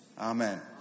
Amen